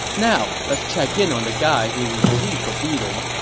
now let's check in on the guy who received the beating.